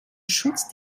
schutz